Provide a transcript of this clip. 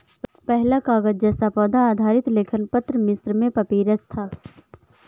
पहला कागज़ जैसा पौधा आधारित लेखन पत्र मिस्र में पपीरस था